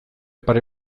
pare